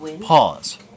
Pause